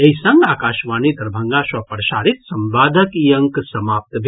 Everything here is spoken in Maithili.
एहि संग आकाशवाणी दरभंगा सँ प्रसारित संवादक ई अंक समाप्त भेल